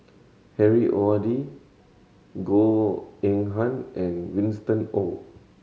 Harry Ord Goh Eng Han and Winston Oh